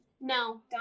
No